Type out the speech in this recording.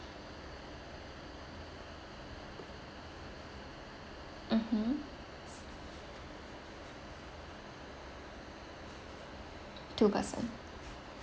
(uh huh) two person